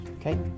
Okay